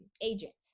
agents